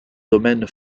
domaine